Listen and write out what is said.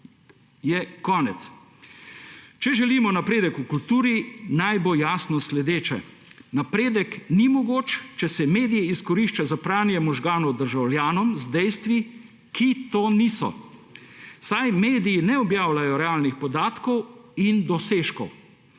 je konec. Če želimo napredek v kulturi, naj bo jasno naslednje. Napredek ni mogoč, če se mediji izkoriščajo za pranje možganov državljanom z dejstvi, ki to niso, saj mediji ne objavljajo realnih podatkov in dosežkov.